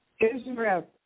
Israel